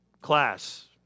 class